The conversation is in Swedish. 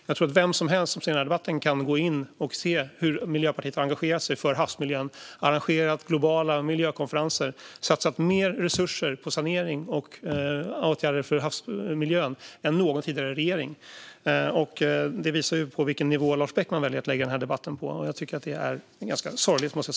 Jag tror att vem som helst som ser den här debatten kan gå in och se att Miljöpartiet har engagerat sig för havsmiljön, arrangerat globala miljökonferenser och satsat mer resurser och åtgärder för havsmiljön än någon tidigare regering. Det visar på vilken nivå Lars Beckman väljer att lägga den här debatten. Jag tycker att det är ganska sorgligt, fru talman.